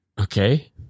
Okay